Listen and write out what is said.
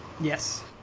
yes